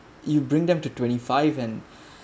you bring them to twenty five and